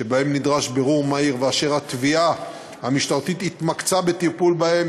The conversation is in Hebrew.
שבהם נדרש בירור מהיר ואשר התביעה המשטרתית התמקצעה בטיפול בהם,